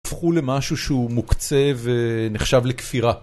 הופכו למשהו שהוא מוקצה ונחשב לקפירה.